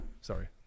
Sorry